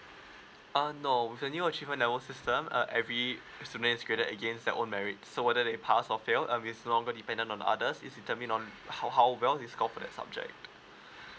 err no with the new achievement level system err every students graded against their own merit so whether they pass or fail obviously no longer dependent on others it's determine on how how well they score for that subject